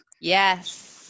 Yes